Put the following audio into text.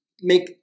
make